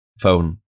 phone